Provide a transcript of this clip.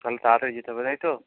তাহলে তাড়াতাড়ি যেতে হবে তাই তো